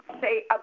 say